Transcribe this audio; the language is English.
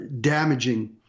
damaging